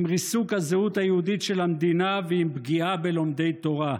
עם ריסוק הזהות היהודית של המדינה ועם פגיעה בלומדי תורה.